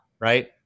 right